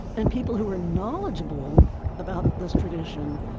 and people who were knowledgeable about this tradition,